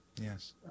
Yes